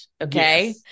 Okay